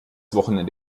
wochenende